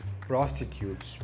prostitutes